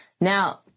Now